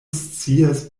scias